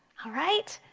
all right?